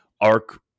arc